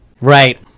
right